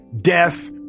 death